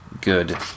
good